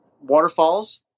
waterfalls